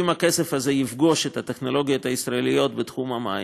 אם הכסף הזה יפגוש את הטכנולוגיות הישראליות בתחום המים,